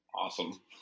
Awesome